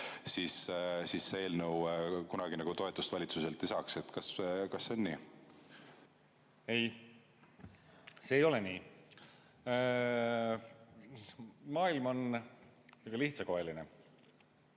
see eelnõu kunagi toetust valitsuselt ei saaks. Kas see on nii? Ei. See ei ole nii. Maailm on lihtsakoeline.